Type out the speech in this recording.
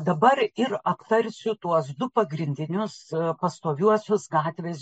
dabar ir aptarsiu tuos du pagrindinius pastoviuosius gatvės